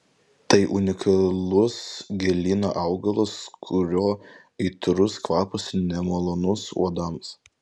tai unikalus gėlyno augalas kurio aitrus kvapas nemalonus uodams